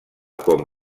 com